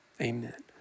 amen